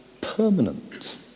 permanent